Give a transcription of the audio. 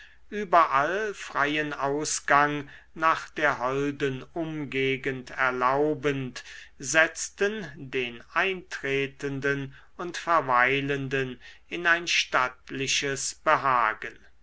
überall freien ausgang nach der holden umgegend erlaubend setzten den eintretenden und verweilenden in ein stattliches behagen